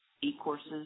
e-courses